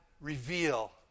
reveal